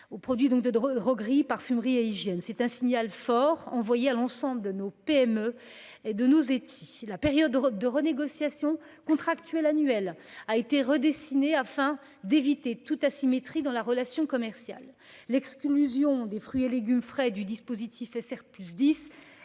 aux produits de droguerie, parfumerie et hygiène. C'est un signal fort envoyé à l'ensemble de nos PME et de nos entreprises de taille intermédiaire (ETI). La période de renégociation contractuelle annuelle a été redessinée afin d'éviter toute asymétrie dans la relation commerciale. L'exclusion des fruits et légumes frais du dispositif SRP+10